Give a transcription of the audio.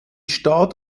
staat